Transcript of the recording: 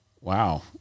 wow